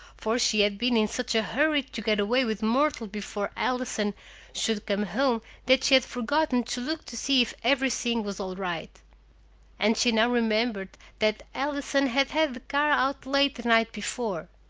for she had been in such a hurry to get away with myrtle before allison should come home that she had forgotten to look to see if everything was all right and she now remembered that allison had had the car out late the night before.